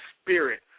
spirit